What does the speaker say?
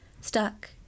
stuck